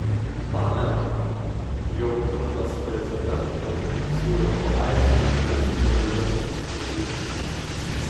pamenu jog būdamas prezidentu siūlau palaipsniui tuos įgaliojimus didinti